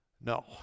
No